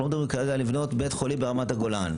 אנחנו לא מדברים כרגע על לבנות בית חולים ברמת הגולן,